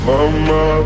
Mama